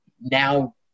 Now